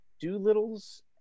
doolittle's